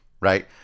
right